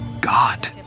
God